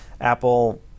Apple